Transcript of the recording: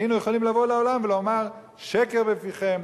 היינו יכולים לבוא לעולם ולומר: שקר בפיכם,